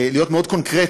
להיות מאוד קונקרטי,